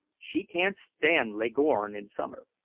she can't stand leghorn in summer.